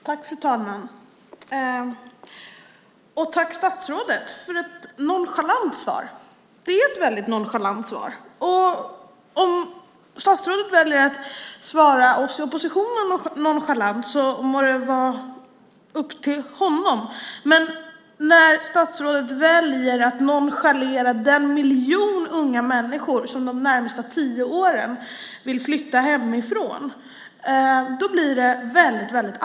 Fru talman! Jag tackar statsrådet för ett nonchalant svar. Det är ett väldigt nonchalant svar. Om statsrådet väljer att svara oss i oppositionen nonchalant må det vara upp till honom. Men när statsrådet väljer att nonchalera den miljon unga människor som de närmaste tio åren vill flytta hemifrån blir det väldigt allvarligt.